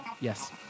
Yes